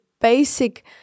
basic